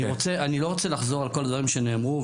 אני לא רוצה לחזור על כל הדברים שנאמרו,